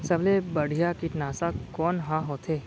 सबले बढ़िया कीटनाशक कोन ह होथे?